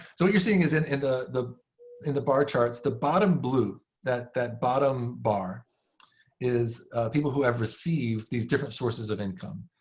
so what you're seeing is in and ah the in the bar charts, the bottom blue, that that bottom bar is people who have received these different sources of income.